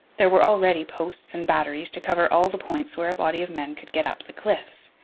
there were already posts and batteries to cover all the points where a body of men could get up the cliffs,